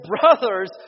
brothers